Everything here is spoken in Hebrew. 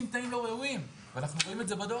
תנאים לא ראויים ואנחנו רואים את זה בדוח.